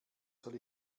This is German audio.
soll